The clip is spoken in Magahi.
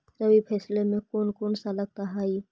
रबी फैसले मे कोन कोन सा लगता हाइय?